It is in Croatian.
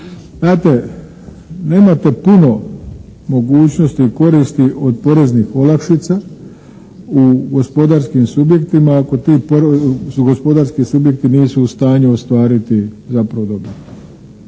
Znate, nemate puno mogućnosti i koristi od poreznih olakšica u gospodarskim subjektima ako ti su gospodarski subjekti nisu u stanju ostvariti zapravo